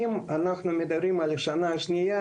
אם אנחנו מדברים על השנה השנייה,